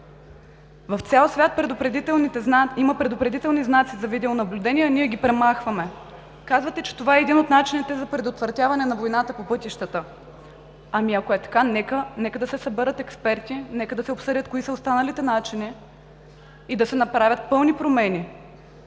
В цял свят има предупредителни знаци за видеонаблюдение, а ние ги премахваме. Казвате, че това е един от начините за предотвратяване на войната по пътищата. Ако е така, нека да се съберат експерти, нека да се обсъдят кои са останалите начини и да се направят пълни промени,